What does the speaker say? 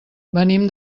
venim